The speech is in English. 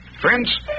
Friends